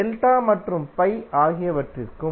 delta மற்றும் pi ஆகியவற்றிற்கும்